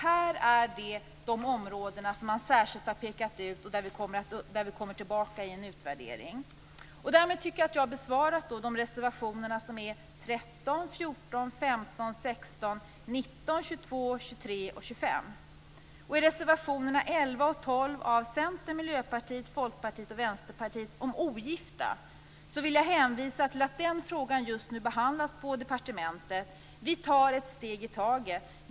Det här är de områden som man särskilt har pekat ut och där vi återkommer i en utvärdering. Därmed jag har alltså bemött reservationerna 13, Beträffande reservationerna 11 och 12 från Centern, Miljöpartiet, Folkpartiet och Vänsterpartiet om ogifta vill jag hänvisa till att frågan behandlas just nu på departementet. Vi tar ett steg i taget.